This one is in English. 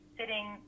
sitting